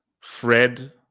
Fred